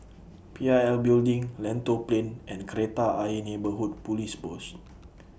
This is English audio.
P I L Building Lentor Plain and Kreta Ayer Neighbourhood Police Post